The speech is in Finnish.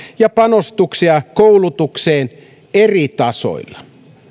ja panostuksia koulutukseen eri tasoilla